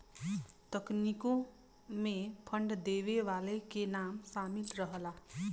तकनीकों मे फंड देवे वाले के नाम सामिल रहला